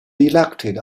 elected